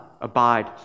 abide